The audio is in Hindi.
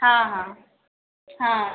हाँ हाँ हाँ